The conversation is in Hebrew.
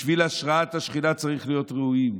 בשביל השראת השכינה צריך להיות ראויים.